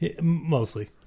Mostly